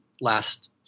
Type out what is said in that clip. last